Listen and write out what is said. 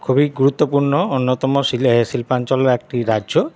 খুবই গুরুত্বপুর্ণ অন্যতম শিলের শিল্পাঞ্চল একটি রাজ্য